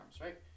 right